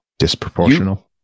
Disproportional